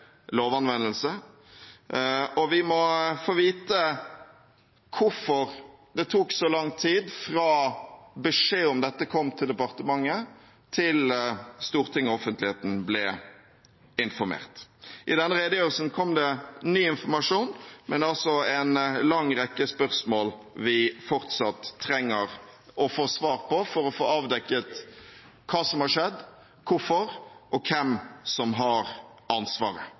og vi må få vite hvorfor det tok så lang tid fra beskjed om dette kom til departementet, til Stortinget og offentligheten ble informert. I denne redegjørelsen kom det ny informasjon, men det er altså en lang rekke spørsmål vi fortsatt trenger å få svar på for å få avdekket hva som har skjedd, hvorfor og hvem som har ansvaret.